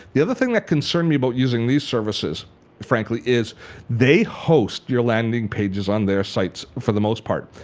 the other thing that concerned me about using this services frankly is they host your landing pages on their sites for the most part,